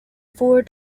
four